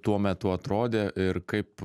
tuo metu atrodė ir kaip